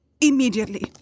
Immediately